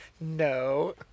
No